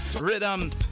Rhythm